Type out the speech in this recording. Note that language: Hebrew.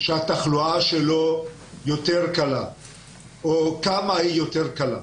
שהתחלואה שלו יותר קלה או כמה היא יותר קלה.